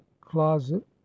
closet